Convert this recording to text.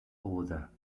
order